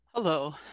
Hello